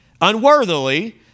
Unworthily